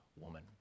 woman